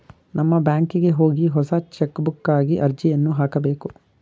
ನಮ್ಮ ಬ್ಯಾಂಕಿಗೆ ಹೋಗಿ ಹೊಸ ಚೆಕ್ಬುಕ್ಗಾಗಿ ಅರ್ಜಿಯನ್ನು ಹಾಕಬೇಕು